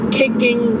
kicking